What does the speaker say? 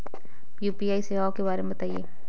UPI सेवाओं के बारे में बताएँ?